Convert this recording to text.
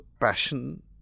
passion